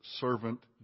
servant